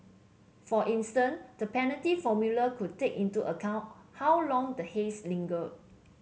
for instance the penalty formula could take into account how long the haze linger